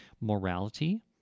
morality